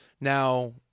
now